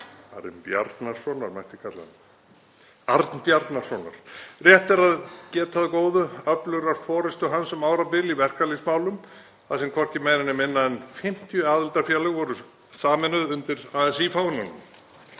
Arinbjarnarsonar mætti kalla hann, Arnbjarnarsonar. Rétt er að geta að góðu öflugrar forystu hans um árabil í verkalýðsmálum þar sem hvorki meira né minna en 50 aðildarfélög voru sameinuð undir ASÍ-fánanum.